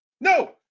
No